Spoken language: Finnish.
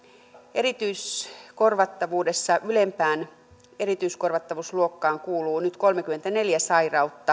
erityiskorvattavuudessa ylempään erityiskorvattavuusluokkaan kuuluu nyt kolmekymmentäneljä sairautta